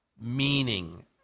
meaning